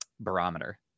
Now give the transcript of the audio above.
barometer